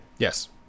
Yes